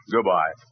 Goodbye